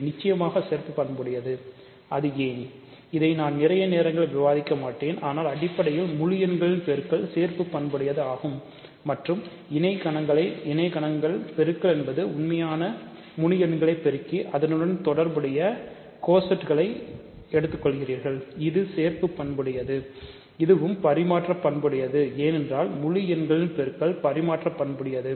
இது சேர்ப்பு பண்புடையது இதுவும் பரிமாற்ற பண்புடையது ஏனென்றால் முழு எண்களின் பெருக்கல் பரிமாற்ற பண்புடையது